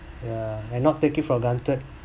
yeah and not take it for granted